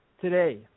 today